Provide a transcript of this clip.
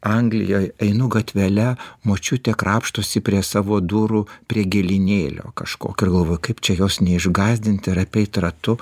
anglijoj einu gatvele močiutė krapštosi prie savo durų prie gėlinėlio kažkokio ir galvoju kaip čia jos neišgąsdinti ir apeit ratu